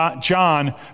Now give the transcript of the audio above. John